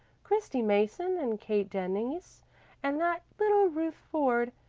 christy mason and kate denise and that little ruth ford.